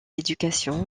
éducation